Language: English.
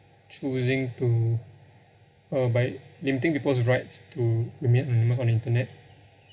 choosing to uh by limiting people's rights to remain anonymous on the internet